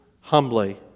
humbly